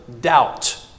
doubt